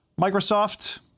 Microsoft